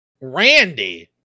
Randy